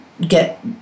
get